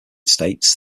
states